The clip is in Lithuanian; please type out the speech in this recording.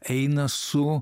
eina su